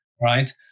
Right